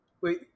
wait